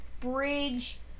bridge